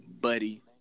Buddy